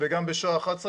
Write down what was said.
וגם בשעה 11,